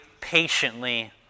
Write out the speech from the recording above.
patiently